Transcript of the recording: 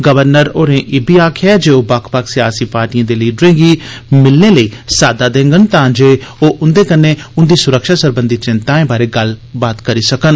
governor होरें इब्बी आखेआ ऐ जे ओह् बक्ख बक्ख सियासी पार्टिएं दे लीडरें गी मिलने लेई साद्दा देडन तांजे ओह् उंदे कन्नै उंदी सुरक्षा सरबंधी चैंताए बारै गल्लबात करी सकन